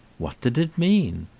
what did it mean?